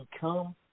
come